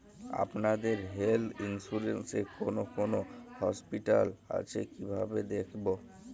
আপনাদের health insurance এ কোন কোন হসপিটাল আছে কিভাবে দেখবো?